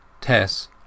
Tess